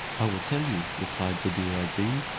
i will tell you, replied buddir ad deen,